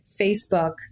Facebook